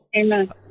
Amen